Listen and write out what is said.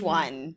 one